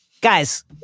Guys